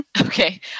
okay